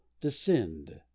descend